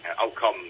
outcome